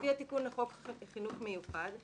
לפי התיקון לחוק חינוך מיוחד,